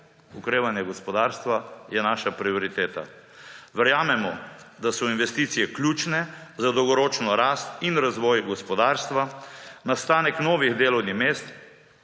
Okrevanje gospodarstva je naša prioriteta. Verjamemo, da so investicije ključne za dolgoročno rast in razvoj gospodarstva, nastanek novih delovnih mest